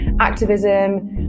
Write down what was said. activism